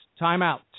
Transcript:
timeout